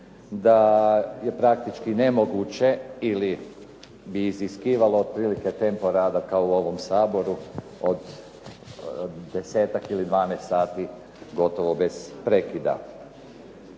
da je praktički nemoguće ili bi iziskivalo otprilike tempo rada kao u ovom Saboru od desetak ili dvanaest sati gotovo bez prekida.